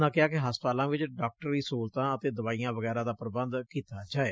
ਉਨ੍ਹਾਂ ਕਿਹਾ ਕਿ ਹਸਪਤਾਲਾਂ ਵਿੱਚ ਡਾਕਟਰੀ ਸਹੂਲਤਾਂ ਅਤੇ ਦਵਾਈਆਂ ਵਗੈਰਾ ਦਾ ਪ੍ਰਬੰਧ ਕੀਤਾ ਜਾਵੇ